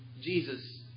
Jesus